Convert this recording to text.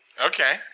okay